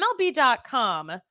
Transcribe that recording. MLB.com